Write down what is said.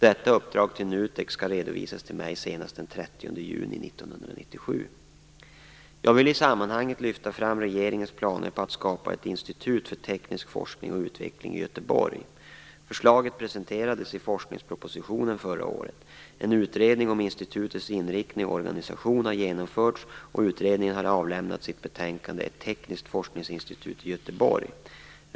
Detta uppdrag till NUTEK skall redovisas till mig senast den 30 Jag vill i sammanhanget lyfta fram regeringens planer på att skapa ett institut för teknisk forskning och utveckling i Göteborg. Förslaget presenterades i forskningspropositionen förra året. En utredning om institutets inriktning och organisation har genomförts, och utredningen har avlämnat sitt betänkande Ett tekniskt forskningsinstitut i Göteborg, SOU 1997:37.